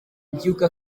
mbyuka